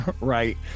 Right